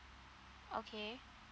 okay